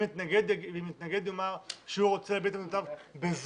אם מתנגד יאמר שהוא רוצה ב"זום",